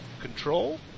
control